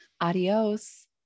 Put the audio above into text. Adios